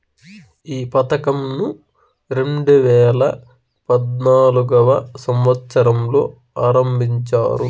ఈ పథకంను రెండేవేల పద్నాలుగవ సంవచ్చరంలో ఆరంభించారు